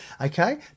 Okay